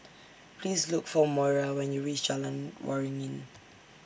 Please Look For Moira when YOU REACH Jalan Waringin